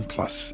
Plus